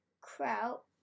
kraut